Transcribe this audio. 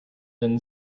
than